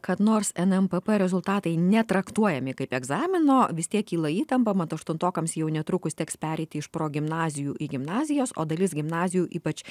kad nors nmpp rezultatai netraktuojami kaip egzamino vis tiek kyla įtampa mat aštuntokams jau netrukus teks pereiti iš progimnazijų į gimnazijas o dalis gimnazijų ypač